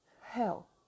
hell